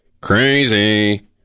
Crazy